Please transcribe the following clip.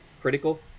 Critical